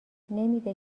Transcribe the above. نمیده